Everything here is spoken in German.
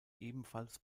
ebenfalls